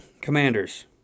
Commanders